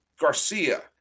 Garcia